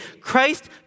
Christ